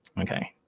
Okay